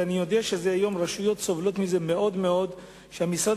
ואני יודע שהיום הרשויות סובלות מאוד מאוד מזה שהיום המשרד